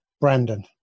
Brandon